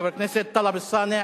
חבר הכנסת טלב אלסאנע,